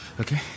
Okay